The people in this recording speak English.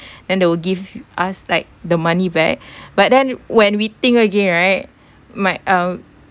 then they will give us like the money back but then when we think again right my uh